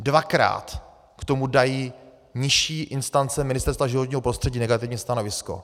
Dvakrát k tomu dají nižší instance Ministerstva životního prostředí negativní stanovisko.